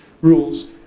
rules